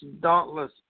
dauntless